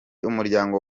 umuryango